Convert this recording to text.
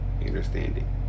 understanding